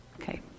okay